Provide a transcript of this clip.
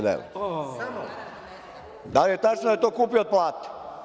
Da li je tačno da je to kupio od plate?